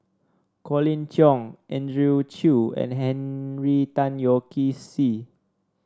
Colin Cheong Andrew Chew and Henry Tan Yoke See